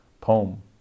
poem